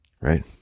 right